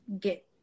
get